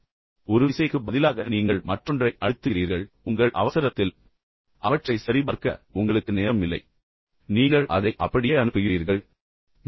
எனவே ஒரு விசைக்கு பதிலாக நீங்கள் மற்றொன்றை அழுத்துகிறீர்கள் ஆனால் உங்கள் அவசரத்தில் அவற்றைச் சரிபார்க்க உங்களுக்கு நேரம் இல்லை எனவே நீங்கள் அதை அப்படியே அனுப்புகிறீர்கள் மக்கள் புரிந்துகொள்வார்கள் என்று நினைக்கிறீர்கள்